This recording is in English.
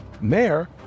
Mayor